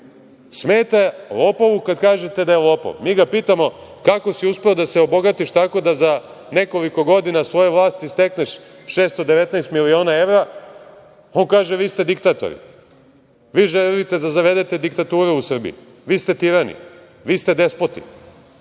lopovu kad mu kažete da je lopov. Mi ga pitamo – kako si uspeo da se obogatiš tako da za nekoliko godina svoje vlasti stekneš 619 miliona evra? On kaže – vi ste diktatori, vi želite da zavedete diktaturu u Srbiji, vi ste tirani, vi ste despoti.